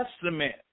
Testament